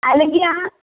അല്ലെങ്കിൽ ആ